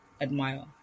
admire